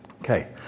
Okay